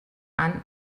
han